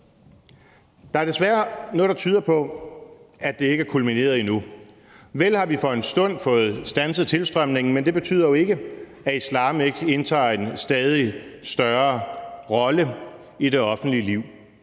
Der er desværre noget, der tyder på, at det ikke er kulmineret endnu. Vel har vi for en stund fået standset tilstrømningen, men det betyder jo ikke, at islam ikke indtager en stadig større rolle i det offentlige liv.